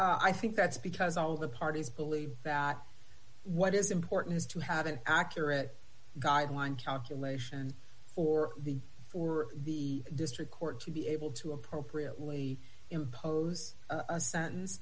i think that's because all the parties believe that what is important is to have an accurate guideline calculations for the for the district court to be able to appropriately impose a sentence